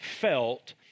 felt